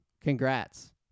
Congrats